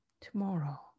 tomorrow